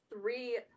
three